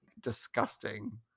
disgusting